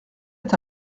est